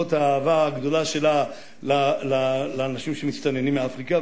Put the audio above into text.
למרות האהבה הגדולה לאנשים שמסתננים מאפריקה,